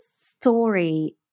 story